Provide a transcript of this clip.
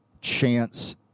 chance